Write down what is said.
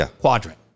Quadrant